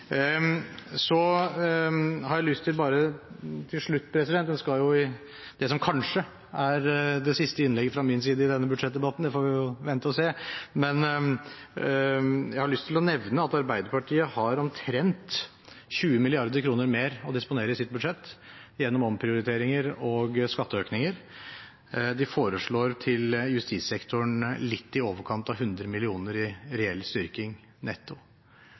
har jeg bare lyst til – i det som kanskje er det siste innlegget fra min side i denne budsjettdebatten, vi får vente og se – å nevne at Arbeiderpartiet har omtrent 20 mrd. kr mer å disponere i sitt budsjett, gjennom omprioriteringer og skatteøkninger. De foreslår til justissektoren litt i overkant av 100 mill. kr i reell styrking – netto.